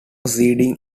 seeding